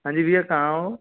हाँ जी भैया कहाँ हो